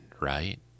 right